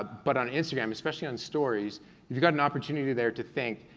but on instagram, especially on stories, if you've got an opportunity there to think,